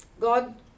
God